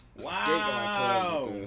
Wow